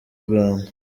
rwanda